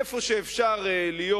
איפה שאפשר להיות,